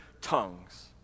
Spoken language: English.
tongues